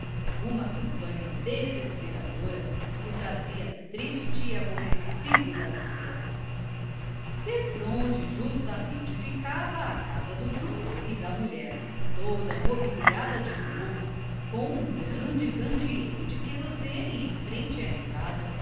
uma campanha desesperadora que o trazia triste aborrecido da vida defronte justamente ficava a casa do bruno e da mulher toda mobiliada de novo com um grande candeeiro de querosene em frente à entrada